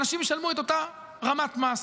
אנשים ישלמו את אותה רמת מס.